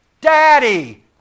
Daddy